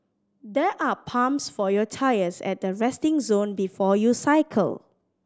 there are pumps for your tyres at the resting zone before you cycle